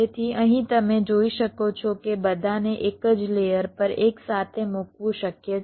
તેથી અહીં તમે જોઈ શકો છો કે તે બધાને એક જ લેયર પર એકસાથે મૂકવું શક્ય છે